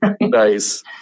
Nice